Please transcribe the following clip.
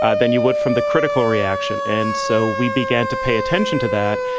ah than you would from the critical reaction and so we began to pay attention to that.